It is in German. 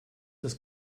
das